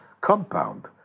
compound